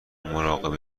مراقب